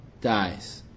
dies